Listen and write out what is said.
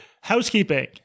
housekeeping